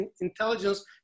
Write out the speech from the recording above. intelligence